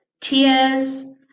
tears